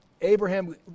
Abraham